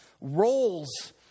roles